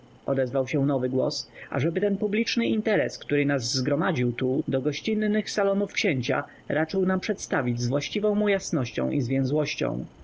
odezwał się nowy głos ażeby ten publiczny interes który nas zgromadził tu do gościnnych salonów księcia raczył nam przedstawić z właściwą mu jasnością i